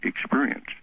experience